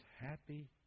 happy